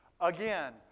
again